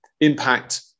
impact